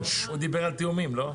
הוא דיבר על תיאומים, לא?